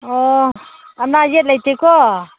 ꯑꯣ ꯑꯅꯥ ꯑꯌꯦꯛ ꯂꯩꯇꯦꯀꯣ